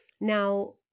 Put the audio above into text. Now